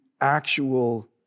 actual